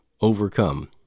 overcome